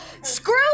screw